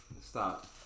Stop